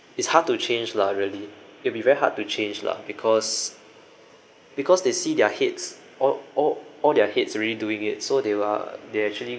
it's hard to change lah really it'll be very hard to change lah because because they see their heads all all all their heads are already doing it so they uh they actually